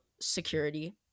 security